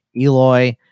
Eloy